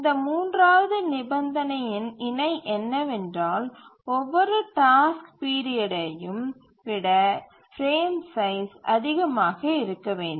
இந்த மூன்றாவது நிபந்தனையின் இணை என்னவென்றால் ஒவ்வொரு டாஸ்க் பீரியட்டையும் விட பிரேம் சைஸ் அதிகமாக இருக்க வேண்டும்